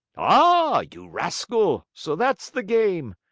ah, you rascal! so that's the game!